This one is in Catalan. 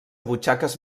butxaques